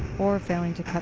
or failing to cut